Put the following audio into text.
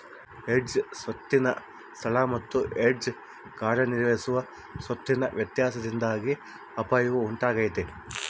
hedge ಸ್ವತ್ತಿನ ಸ್ಥಳ ಮತ್ತು ಹೆಡ್ಜ್ ಕಾರ್ಯನಿರ್ವಹಿಸುವ ಸ್ವತ್ತಿನ ವ್ಯತ್ಯಾಸದಿಂದಾಗಿ ಅಪಾಯವು ಉಂಟಾತೈತ